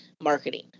marketing